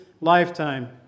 lifetime